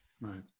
Right